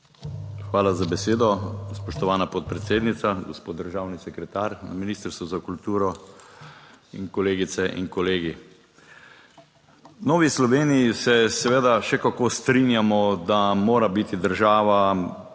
Hvala za besedo, spoštovana podpredsednica. Gospod državni sekretar na Ministrstvu za kulturo in kolegice in kolegi! V Novi Sloveniji se seveda še kako strinjamo, da mora biti država